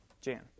Jan